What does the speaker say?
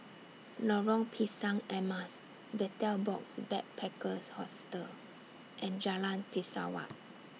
Lorong Pisang Emas Betel Box Backpackers Hostel and Jalan Pesawat